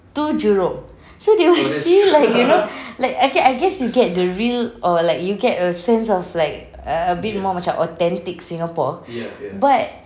to jurong so they will feel like you know like I ge~ I guess you get the real or like you get a sense of like err a bit more macam authentic singapore but